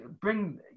bring